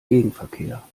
gegenverkehr